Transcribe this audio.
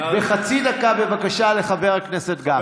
בחצי דקה, בבקשה, לחבר הכנסת גפני.